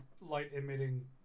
light-emitting